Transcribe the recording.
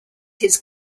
his